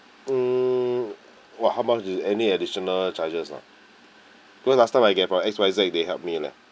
mm !wah! how much you any additional charges lah because last time I gave uh X Y Z they helped me leh